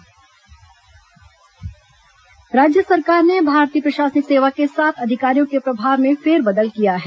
IAS तबादले राज्य सरकार ने भारतीय प्रशासनिक सेवा के सात अधिकारियों के प्रभार में फेरबदल किया है